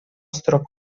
strop